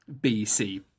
BC